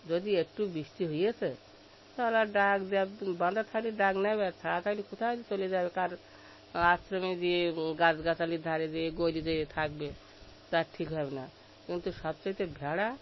যদি একটু বৃষ্টি হয়েছে তাহলে আর ডাক বাঁধা থাকলে ডাক নেবে আর ছাড়া থাকলে কোথায় যে চলে যাবে কার আশ্রমে যেয়ে গাছগাছালির ধারে যেয়ে গড়িয়ে যেয়ে থাকবে তার ঠিক হবে না কিন্তু সবচাইতে ভেড়া